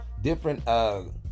different